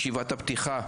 ישיבת הפתיחה,